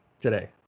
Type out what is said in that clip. today